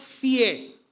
fear